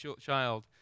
child